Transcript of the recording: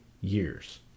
years